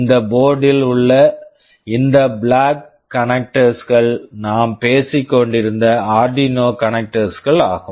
இந்த board board ல் உள்ள இந்த பிளாக் கனக்டர்ஸ் black connectors கள் நாம் பேசிக் கொண்டிருந்த ஆர்டினோ கனக்டர்ஸ் Arduino connectors -கள் ஆகும்